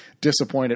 disappointed